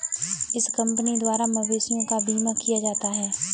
इस कंपनी द्वारा मवेशियों का बीमा किया जाता है